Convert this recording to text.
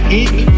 eat